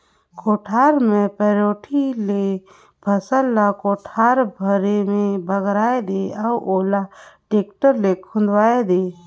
कोठार मे पैरोठी ले फसल ल कोठार भरे मे बगराय दे अउ ओला टेक्टर मे खुंदवाये दे